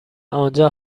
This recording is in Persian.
آنجا